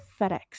FedEx